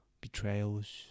betrayals